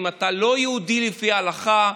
אם אתה לא יהודי לפי ההלכה,